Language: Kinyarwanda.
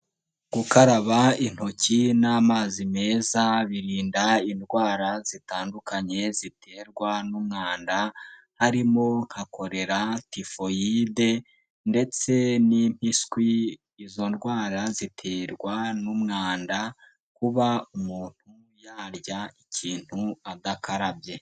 Gukaraba intoki n'amazi meza birinda indwara zitandukanye ziterwa n'umwanda, harimo nka korera, tifoyide ndetse n'impiswi, izo ndwara ziterwa n'umwanda, kuba umuntu yarya ikintu adakarabye.